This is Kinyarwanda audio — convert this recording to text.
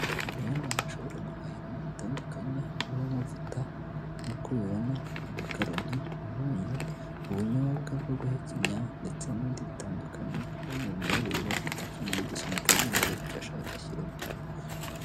Aha rero ni ahantu ushobora guhahira ibintu bitandukanye, birimo amavuta, nk'uko ubibona, amakaroni, umunyu, ubunyobwa bwo guhekenya ndetse n'ibindi bitandukanye. Urabona uyu mwali rero afite akantu ari gusunika, agenda areba ibyo ashaka ashyiramo.